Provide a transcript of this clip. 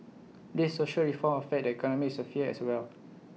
these social reforms affect the economic sphere as well